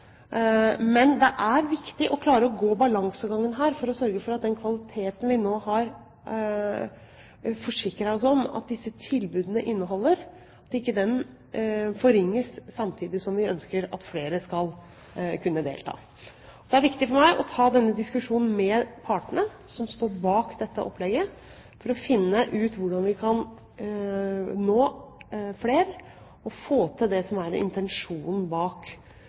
Men det er viktig å klare å få til en balansegang her for å sørge for at den kvaliteten vi nå har forsikret oss om at disse tilbudene inneholder, ikke forringes, samtidig som vi ønsker at flere skal kunne delta. Det er viktig for meg å ta denne diskusjonen med partene som står bak dette opplegget, for å finne ut hvordan vi kan nå flere og få til det som er intensjonen bak